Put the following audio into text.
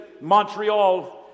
Montreal